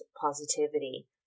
positivity